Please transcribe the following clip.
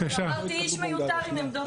איש מיותר עם עמדות מיותרות.